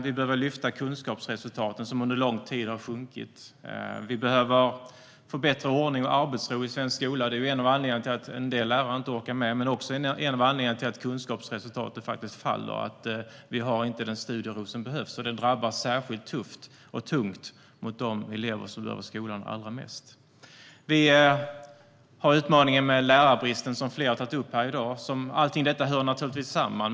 Vi behöver lyfta kunskapsresultaten som under lång tid har sjunkit. Vi behöver förbättra ordning och arbetsro i svensk skola. En av anledningarna till att en del lärare inte orkar med sitt arbete men också en av anledningarna till att kunskapsresultaten faktiskt faller är att vi inte har den studiero som behövs. Det drabbar särskilt tufft och tungt de elever som behöver skolan allra mest. Vi har utmaningen med lärarbristen, som flera har tagit upp här i dag. Allt detta hänger naturligtvis samman.